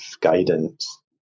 guidance